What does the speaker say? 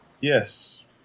Yes